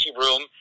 room